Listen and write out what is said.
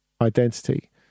identity